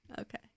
okay